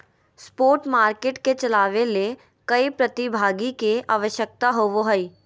spot market के चलावय ले कई प्रतिभागी के आवश्यकता होबो हइ